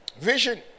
Vision